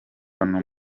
hano